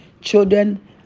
children